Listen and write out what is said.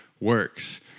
works